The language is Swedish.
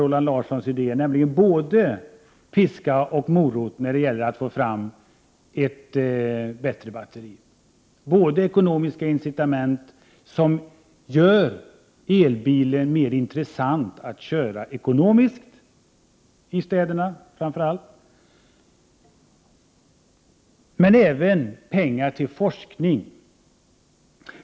Man behöver nämligen både piska och morot för att få fram ett bättre batteri. Det skall finnas ekonomiska incitament som gör elbilen mera ekonomiskt intressant att köra framför allt i städerna, men också pengar till forskning.